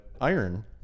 iron